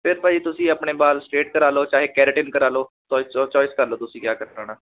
ਅਤੇ ਭਾਅ ਜੀ ਤੁਸੀਂ ਆਪਣੇ ਵਾਲ ਸਟੇਟ ਕਰਾ ਲਓ ਚਾਹੇ ਕੈਰੇਟਨ ਕਰਾ ਲਓ ਚੋ ਚੋਇਸ ਕਰ ਲਉ ਤੁਸੀਂ ਕਿਆ ਕਿਆ ਕ ਕਰਾਉਣਾ